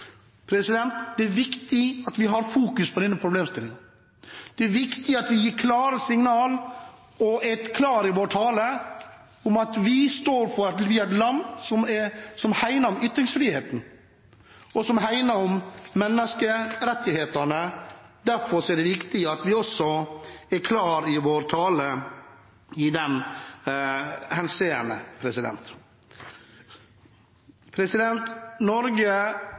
Det er viktig at vi har fokus på denne problemstillingen. Det er viktig at vi gir klare signaler og er klare i vår tale om at vi er et land som hegner om ytringsfriheten, og som hegner om menneskerettighetene. Derfor er det viktig at vi også er klare i vår tale i den henseende.